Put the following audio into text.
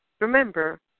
Remember